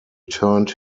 turned